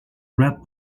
red